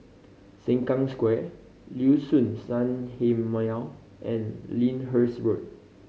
Sengkang Square Liuxun Sanhemiao and Lyndhurst Road